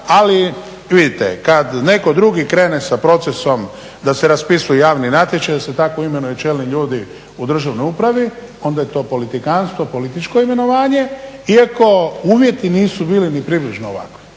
ali vidite kad neko drugi krene sa procesom da se raspisuju javni natječaj, da se tako imenuju čelni ljudi u državnoj upravi onda je to politikantstvo, političko imenovanje. Iako uvjeti nisu bili ni približno ovakvi,